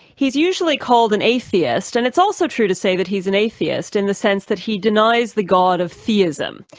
he's usually called an atheist, and it's also true to say that he's an atheist in the sense that he denies the god of theism.